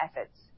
efforts